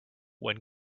when